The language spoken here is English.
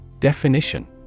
Definition